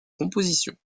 composition